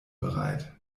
bereit